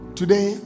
today